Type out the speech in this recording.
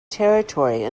territory